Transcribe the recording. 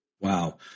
Wow